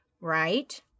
right